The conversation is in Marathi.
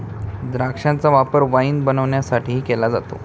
द्राक्षांचा वापर वाईन बनवण्यासाठीही केला जातो